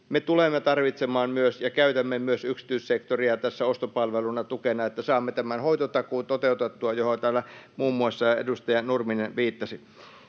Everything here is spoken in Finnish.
Me tulemme tarvitsemaan myös ja käytämme myös yksityissektoria tässä ostopalveluna tukena, niin että saamme tämän hoitotakuun toteutettua, johon täällä muun muassa edustaja Nurminen viittasi.